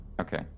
Okay